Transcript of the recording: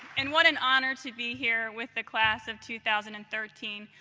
and what an honor to be here with the class of two thousand and thirteen,